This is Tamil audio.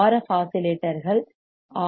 எஃப் RF ஆஸிலேட்டர்கள் ஆர்